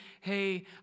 hey